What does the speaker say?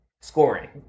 scoring